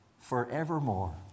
forevermore